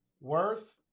worth